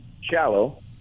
shallow